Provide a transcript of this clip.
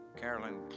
Carolyn